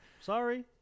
Sorry